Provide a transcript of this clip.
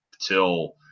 till